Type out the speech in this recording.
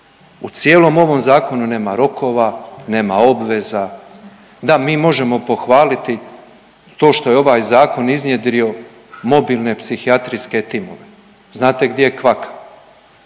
U cijelom ovom zakonu nema rokova, nema obveza. Da, mi možemo pohvaliti to što je ovaj zakon iznjedrio mobilne psihijatrijske timove. Znate gdje je kvaka?